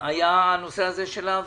היה נושא האבטחה.